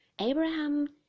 Abraham